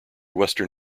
western